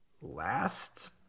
last